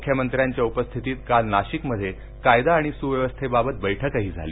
मुख्यमंत्र्यांच्या उपस्थितीत काल नाशिकमध्ये कायदा आणि सुव्यवस्थेबाबत बैठकही झाली